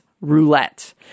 Roulette